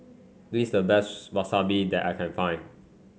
this is the best Wasabi that I can find